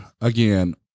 again